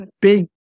big